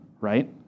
right